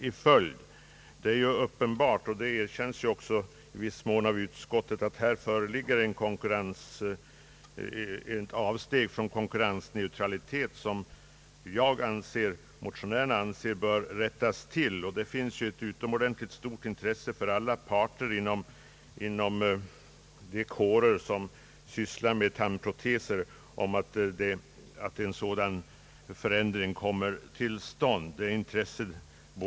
Det är alldeles uppenbart — och erkänns också i viss mån av utskottet — att det här föreligger ett avsteg från konkurrensneutraliteten. Det är detta som motionärerna vill rätta till. Alla som sysslar med tandproteser — både tandläkare och tandtekniker — har stort intresse av att en sådan förändring kommer till stånd.